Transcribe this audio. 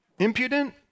impudent